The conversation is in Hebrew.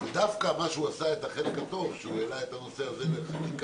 דווקא מה שהוא עשה את החלק הטוב שהוא העלה את הנושא הזה לחקיקה,